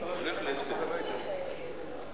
לתיקון פקודת מסילות הברזל (מס' 6),